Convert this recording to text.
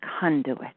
conduit